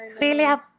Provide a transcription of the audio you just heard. William